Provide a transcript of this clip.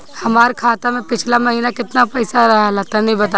हमार खाता मे पिछला महीना केतना पईसा रहल ह तनि बताईं?